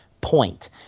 point